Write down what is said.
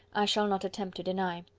i shall not attempt to deny.